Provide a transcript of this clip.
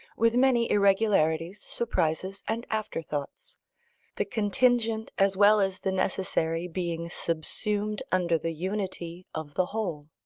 with many irregularities, surprises, and afterthoughts the contingent as well as the necessary being subsumed under the unity of the whole.